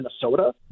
Minnesota